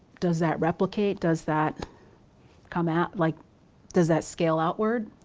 does that replicate? does that come at, like does that scale outward?